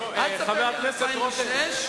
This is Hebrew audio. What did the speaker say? חבר הכנסת בר-און,